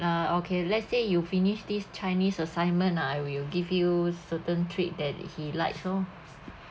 uh okay let's say you finish this chinese assignment I will give you certain treat that he likes oh